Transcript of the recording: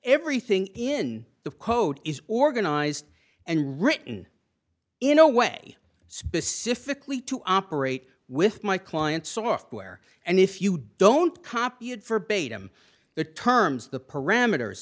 everything in the code is organized and written in a way specifically to operate with my client software and if you don't copy it forbade him the terms the parameters